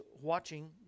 watching